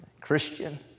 Christian